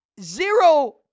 zero